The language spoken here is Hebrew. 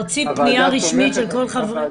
להוציא פניה רשמית של כל חברי הוועדה.